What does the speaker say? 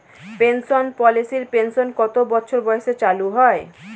Pension পলিসির pension কত বছর বয়সে চালু হয়?